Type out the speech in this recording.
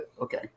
Okay